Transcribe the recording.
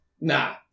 Nah